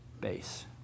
base